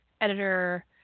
editor